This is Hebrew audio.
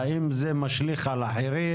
האם זה משליך על אחרים